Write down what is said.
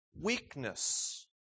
weakness